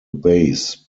base